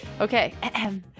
Okay